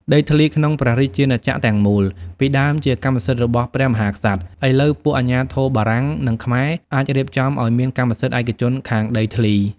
ដីធ្លីក្នុងព្រះរាជាណាចក្រទាំងមូល ពីដើមជាកម្មសិទ្ធិរបស់ព្រះមហាក្សត្រ ឥឡូវពួកអាជ្ញាធរបារាំង និងខ្មែរអាចរៀបចំឱ្យមានកម្មសិទ្ធិឯកជនខាងដីធ្លី។